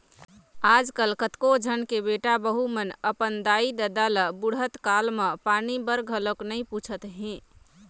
आजकल कतको झन के बेटा बहू मन अपन दाई ददा ल बुड़हत काल म पानी बर घलोक नइ पूछत हे